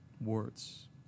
words